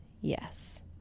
yes